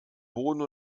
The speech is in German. boden